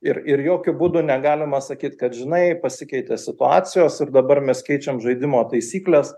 ir ir jokiu būdu negalima sakyt kad žinai pasikeitė situacijos ir dabar mes keičiam žaidimo taisykles